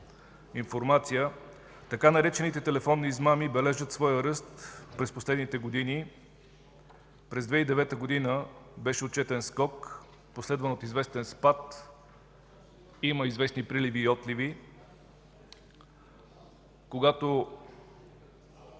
информация. Така наречените „телефонни измами” бележат своя ръст през последните години. През 2009 г. беше отчетен скок, последван от известен спад. Има известни приливи и отливи. Когато